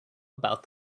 about